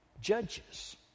judges